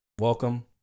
Welcome